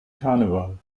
karneval